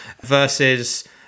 versus